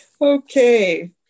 Okay